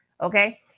okay